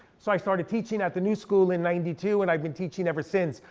so i started teaching at the new school in ninety two, and i've been teaching ever since.